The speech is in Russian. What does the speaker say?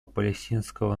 палестинского